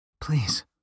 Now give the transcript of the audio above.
Please